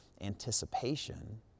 anticipation